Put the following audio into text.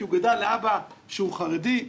כי הוא גדל לאבא שהוא חרדי?